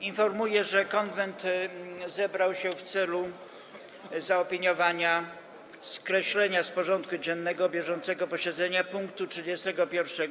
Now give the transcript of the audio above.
Informuję, że Konwent zebrał się w celu zaopiniowania propozycji skreślenia z porządku dziennego bieżącego posiedzenia punktu 31.